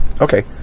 Okay